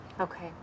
Okay